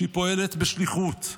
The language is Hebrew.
שפועלת בשליחות.